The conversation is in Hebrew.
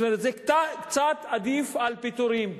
זה צעד עדיף על פיטורים,